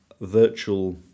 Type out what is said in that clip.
virtual